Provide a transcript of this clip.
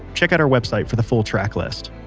check out our website for the full track list.